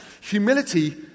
Humility